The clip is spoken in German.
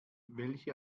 welche